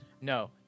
No